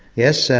yes,